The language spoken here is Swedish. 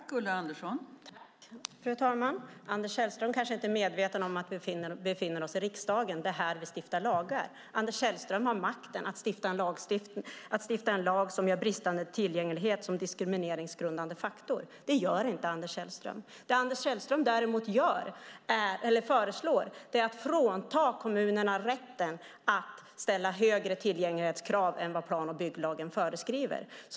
Fru talman! Anders Sellström är kanske inte medveten om att vi befinner oss i riksdagen. Det är här vi stiftar lagar. Anders Sellström har makten att stifta en lag som gör bristande tillgänglighet till en diskrimineringsgrundande faktor. Det gör inte Anders Sellström. Anders Sellström föreslår att kommunerna ska fråntas rätten att ställa högre krav på tillgänglighet än vad plan och bygglagen föreskriver.